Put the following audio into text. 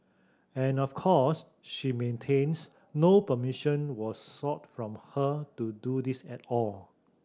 and of course she maintains no permission was sought from her to do this at all